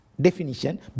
definition